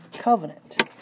covenant